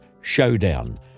Showdown